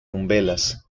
umbelas